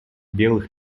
белых